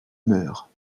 meur